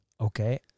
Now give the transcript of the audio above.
okay